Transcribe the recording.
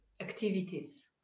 activities